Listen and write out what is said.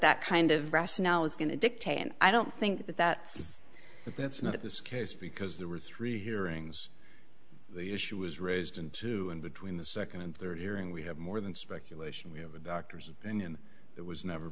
that kind of rest now is going to dictate and i don't think that that but that's not this case because there were three hearings the issue was raised in two and between the second and third hearing we have more than speculation we have a doctor's opinion that was never